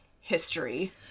history